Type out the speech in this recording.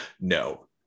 no